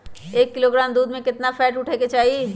एक किलोग्राम दूध में केतना फैट उठे के चाही?